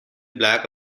black